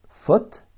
foot